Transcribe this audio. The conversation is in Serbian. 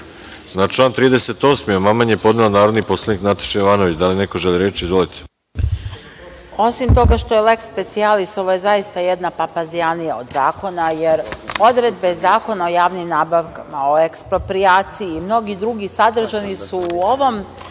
član 38. amandman je podnela narodni poslanik Nataša Jovanović. Da li neko želi reč? Izvolite. **Nataša Jovanović** Osim toga što je leks specijalis, ovo je zaista jedna papazjanija od zakona, jer odredbe Zakona o javnim nabavkama, o eksproprijaciji i mnogi drugi sadržani su u ovom